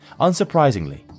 Unsurprisingly